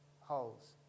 holes